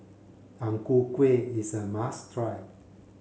Ang Ku Kueh is a must try